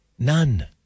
None